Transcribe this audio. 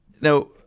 Now